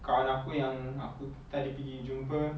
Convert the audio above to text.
kalau aku yang tadi aku pergi jumpa